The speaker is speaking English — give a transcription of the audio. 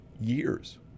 years